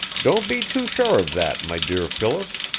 don't be too sure of that, my dear phyllis,